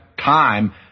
time